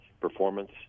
performance